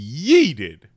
yeeted